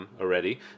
already